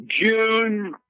June